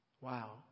Wow